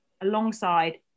alongside